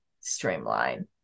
streamline